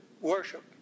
worship